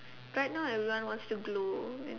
right now everyone want's to glow